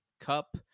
Cup